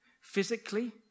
physically